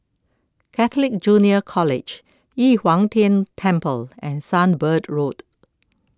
Catholic Junior College Yu Huang Tian Temple and Sunbird Road